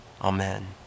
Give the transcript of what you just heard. Amen